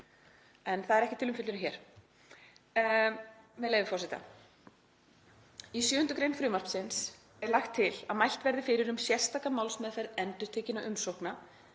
En það er ekki til umfjöllunar hér. Með leyfi forseta: „Í 7. gr. frumvarpsins er lagt til að mælt verði fyrir um sérstaka málsmeðferð endurtekinna umsókna